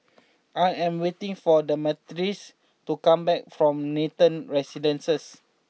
I am waiting for Damaris to come back from Nathan Residences